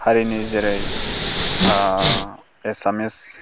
हारिनि जेरै एसामिस